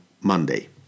Monday